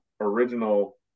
original